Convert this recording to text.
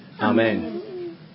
Amen